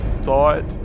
thought